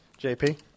JP